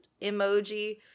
emoji